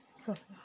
స